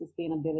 sustainability